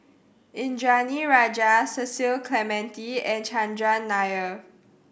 Indranee Rajah Cecil Clementi and Chandran Nair